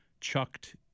chucked